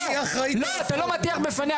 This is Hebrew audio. אתה לא מכבד את